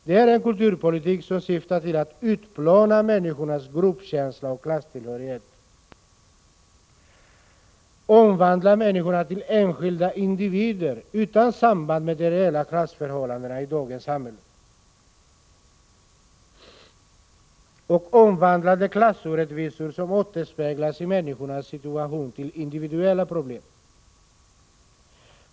Det är en kulturpolitik som syftar till att utplåna människornas gruppkänsla och klasstillhörighet, omvandla människorna till enskilda individer utan samband med de reella klassförhållandena i dagens samhälle och omvandla de klassorättvisor som återspeglas i människornas situation till individuella problem.